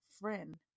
friend